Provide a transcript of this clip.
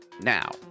now